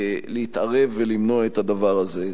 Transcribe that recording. להתערב ולמנוע את הדבר הזה.